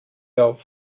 auf